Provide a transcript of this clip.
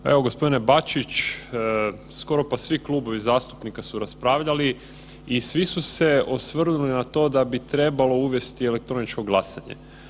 Pa evo, g. Bačić, skoro pa svi klubovi zastupnika su raspravljali i svi su se osvrnuli na to da bi trebalo uvesti elektroničko glasanje.